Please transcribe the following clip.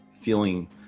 feeling